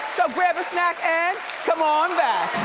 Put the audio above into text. grab a snack and come on back.